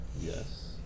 Yes